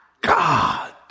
God